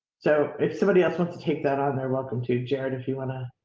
so, if somebody else wants to take that on, they're welcome to jared. if you want to.